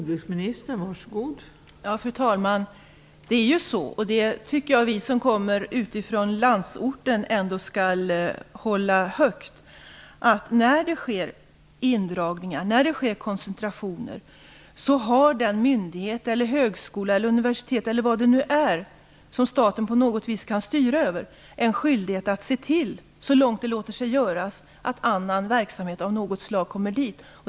Fru talman! Jag tycker att vi som kommer från landsorten skall hålla detta högt, att när det sker indragningar och koncentrationer har högskolan, universitetet eller den myndighet som staten på något vis kan styra över en skyldighet att se till, så långt det låter sig göras, att annan verksamhet av något slag kommer dit.